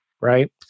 right